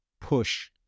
push